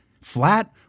flat